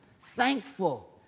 Thankful